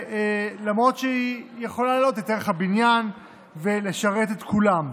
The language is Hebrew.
למרות שהיא יכולה להעלות את ערך הבניין ולשרת את כולם,